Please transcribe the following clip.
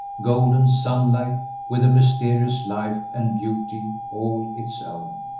golden sunlight with a mysterious life and beauty all its own.